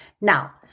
Now